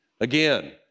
Again